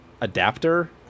Adapter